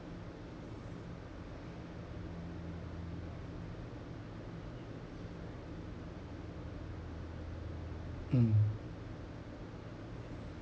mm